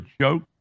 joke